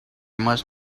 must